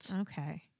Okay